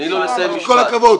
עם כל הכבוד.